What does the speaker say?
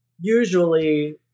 Usually